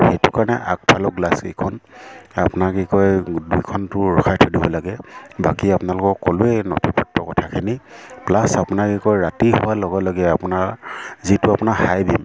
সেইটো কাৰণে আগফালৰ গ্লাছকেইখন আপোনাৰ কি কয় দুইখনটো ৰখাই থৈ দিব লাগে বাকী আপোনালোকক ক'লোৱে নথি পত্ৰ কথাখিনি প্লাছ আপোনাৰ কি কয় ৰাতি হোৱাৰ লগে লগে আপোনাৰ যিটো আপোনাৰ হাই বিম